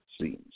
seems